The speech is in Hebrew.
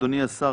אדוני השר,